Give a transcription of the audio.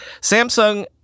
Samsung